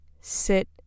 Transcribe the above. sit